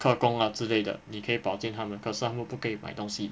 刻工的之类的你可以保健他们可是他们不可以买东西